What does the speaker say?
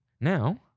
Now